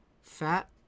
fat